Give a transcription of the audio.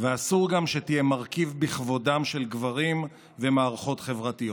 ואסור גם שתהיה מרכיב בכבודם של גברים ומערכות חברתיות.